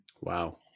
Wow